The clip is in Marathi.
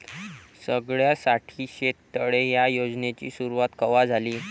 सगळ्याइसाठी शेततळे ह्या योजनेची सुरुवात कवा झाली?